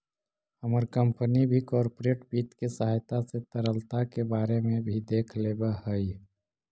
हमर कंपनी भी कॉर्पोरेट वित्त के सहायता से तरलता के बारे में भी देख लेब हई